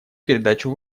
передачу